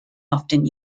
often